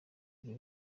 ibyo